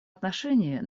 отношении